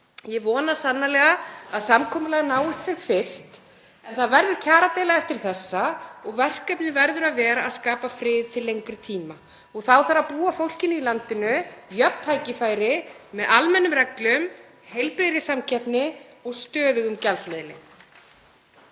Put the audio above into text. Ég vona sannarlega að samkomulag náist sem fyrst en það verður kjaradeila eftir þessa og verkefnið verður að vera að skapa frið til lengri tíma. (Forseti hringir.) Þá þarf að búa fólkinu í landinu jöfn tækifæri með almennum reglum, heilbrigðri samkeppni og stöðugum gjaldmiðli.